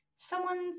someone's